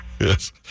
Yes